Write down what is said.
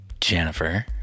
jennifer